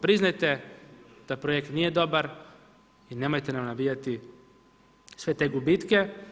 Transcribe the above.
Priznajte da projekt nije dobar i nemojte nam nabijati sve te gubitke.